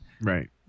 Right